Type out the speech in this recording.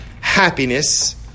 happiness